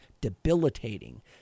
debilitating